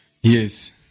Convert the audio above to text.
Yes